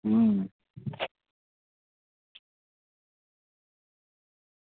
अं